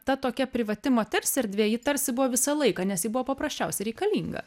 ta tokia privati moters erdvė ji tarsi buvo visą laiką nes ji buvo paprasčiausiai reikalinga